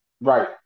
Right